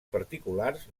particulars